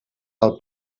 del